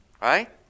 Right